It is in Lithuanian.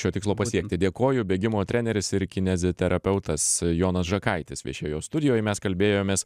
šio tikslo pasiekti dėkoju bėgimo treneris ir kineziterapeutas jonas žakaitis viešėjo studijoj mes kalbėjomės